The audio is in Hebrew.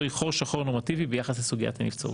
היא חור שחור נורמטיבי ביחס לסוגיית הנבצרות.